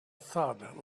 thud